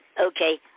Okay